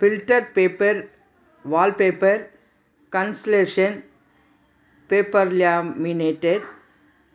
filter paper wallpaper conservation paper laminated